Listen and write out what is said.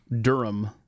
Durham